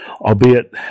Albeit